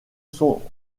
son